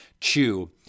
chew